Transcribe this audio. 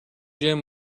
gem